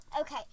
Okay